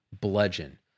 bludgeon